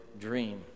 dream